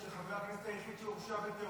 חבר הכנסת שירי, גם אתה.